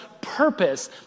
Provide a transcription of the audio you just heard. purpose